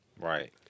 Right